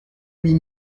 huit